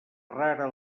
rara